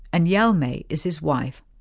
and yalmay is his wife.